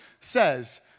says